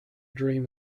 dream